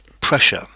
pressure